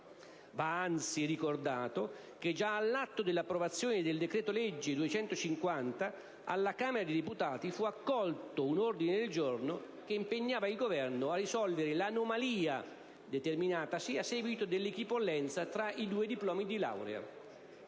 Va anzi ricordato che, già all'atto dell'approvazione del decreto-legge n. 250, alla Camera dei deputati fu accolto un ordine del giorno che impegnava il Governo a risolvere l'anomalia determinatasi a seguito dell'equipollenza tra i due diplomi di laurea.